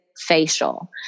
facial